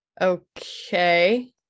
okay